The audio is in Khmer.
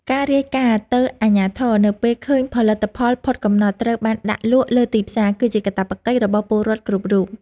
ការរាយការណ៍ទៅអាជ្ញាធរនៅពេលឃើញផលិតផលផុតកំណត់ត្រូវបានដាក់លក់លើទីផ្សារ គឺជាកាតព្វកិច្ចរបស់ពលរដ្ឋគ្រប់រូប។